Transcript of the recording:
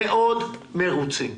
מאוד מרוצים,